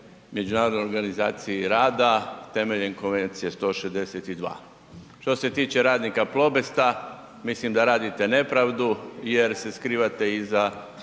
Međunarodnoj organizaciji rada temeljem Konvencije 162.? Što se tiče radnika Plobesta mislim da radite nepravdu jer se skrivate iza